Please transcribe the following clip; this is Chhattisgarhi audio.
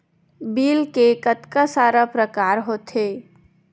बिल के कतका सारा प्रकार होथे?